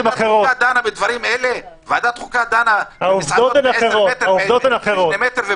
העובדות הן אחרות.